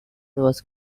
was